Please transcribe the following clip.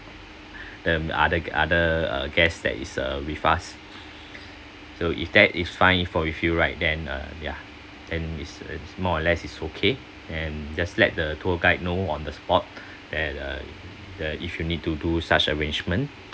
the other other uh guest that is uh with us so if that is fine for with you right then uh yeah and it's it's more or less is okay and just let the tour guide know on the spot and uh if you need to do such arrangement